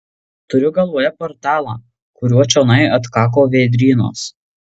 turiu galvoje portalą kuriuo čionai atkako vėdrynas